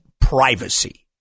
privacy